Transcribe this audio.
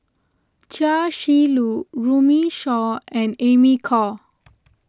Chia Shi Lu Runme Shaw and Amy Khor